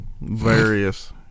various